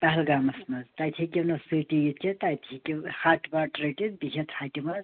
پہلگامَس منٛز تَتہِ ہیٚکِو نہٕ سۭتی یِتھ کیٚنٛہہ تَتہِ ہیٚکِو ہَٹ وَٹ رٔٹِتھ بیہتھ ہَٹہِ منٛز